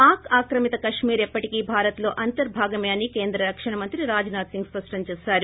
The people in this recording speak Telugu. పాక్ ఆక్రమిత కశ్మీర్ ఎప్పటికీ భారత్లో అంతర్బాభాగమే అని కేంద్ర రక్షణ మంత్రి రాజ్నాథ్ సింగ్ స్పష్టం చేసారు